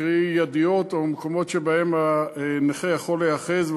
קרי ידיות או מקומות שבהם הנכה יכול להיאחז,